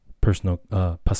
personal